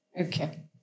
Okay